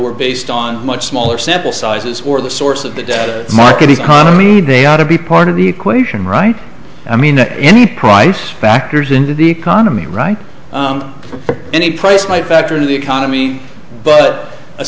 were based on much smaller sample sizes or the source of the data market economy they ought to be part of the equation right i mean any price factors into the economy right for any price might factor into the economy but